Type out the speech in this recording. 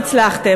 דקות.